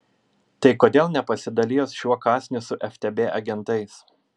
tai kodėl nepasidalijus šiuo kąsniu su ftb agentais